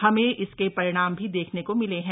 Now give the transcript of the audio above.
हमें इसके परिणाम भी देखने को मिले हैं